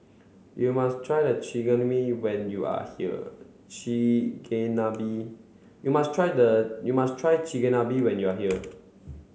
you must try Chigenabe when you are here Chigenabe you must try the you must try Chigenabe when you are here